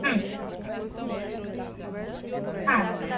ಹ್ಞೂ ಹಾಂ